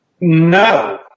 no